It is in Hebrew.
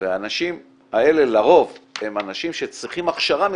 והאנשים האלה לרוב הם אנשים שצריכים הכשרה מסוימת,